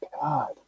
God